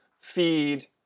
feed